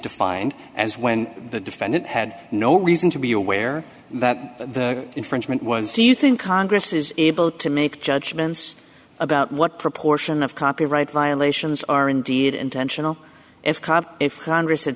defined as when the defendant had no reason to be aware that the infringement was do you think congress is able to make judgments about what proportion of copyright violations are indeed intentional if if congress had